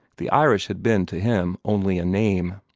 the irish had been to him only a name.